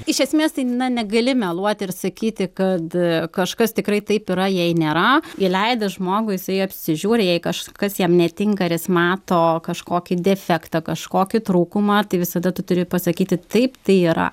iš esmės tai na negali meluoti ir sakyti kad kažkas tikrai taip yra jei nėra įleidi žmogų jisai apsižiūri jei kažkas jam netinka ar jis mato kažkokį defektą kažkokį trūkumą tai visada tu turi pasakyti taip tai yra